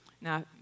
Now